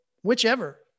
whichever